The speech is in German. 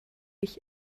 ich